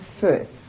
first